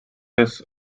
this